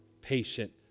patient